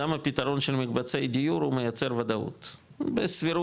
גם הפתרון של מקבצי דיור הוא מייצר וודאות בסבירות,